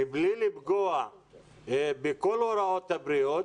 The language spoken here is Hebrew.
מבלי לפגוע בכל הוראות הבריאות,